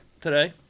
today